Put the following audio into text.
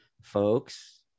folks